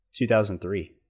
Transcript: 2003